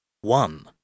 One